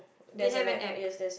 they have an App